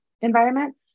environment